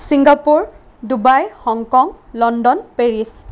Singapore Dubai Hong Kong London Paris